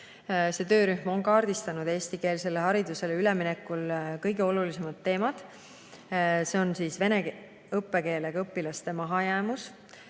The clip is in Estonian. See töörühm on kaardistanud eestikeelsele haridusele üleminekul kõige olulisemad teemad. Need on vene õppekeelega õpilaste mahajäämus,